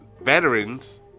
veterans